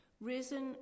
risen